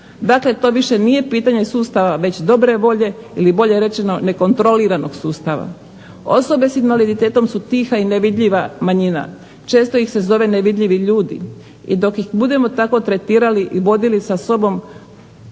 Dakle, to više nije pitanje sustava već dobre volje ili bolje rečeno nekontroliranog sustava. Osobe sa invaliditetom su tiha i nevidljiva manjina. Često ih se zove nevidljivi ljudi. I dok ih budemo tako tretirali i vodili sa sobom